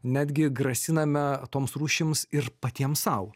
netgi grasiname toms rūšims ir patiem sau